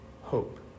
hope